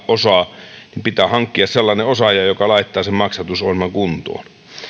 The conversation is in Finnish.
osaa niin pitää hankkia sellainen osaaja joka laittaa sen maksatusohjelman kuntoon